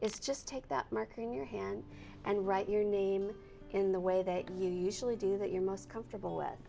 is just take that marker in your hand and write your name in the way that you usually do that you're most comfortable with